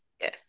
yes